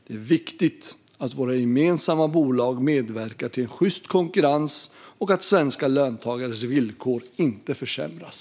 Det är viktigt att våra gemensamma bolag medverkar till en sjyst konkurrens och att svenska löntagares villkor inte försämras.